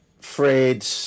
Fred